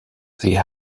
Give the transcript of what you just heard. sie